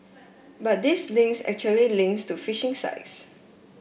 but these links actually links to phishing sites